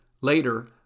Later